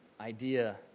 idea